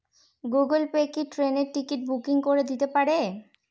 Google Pay কি ট্রেনের ticket booking করে দিতে পারে?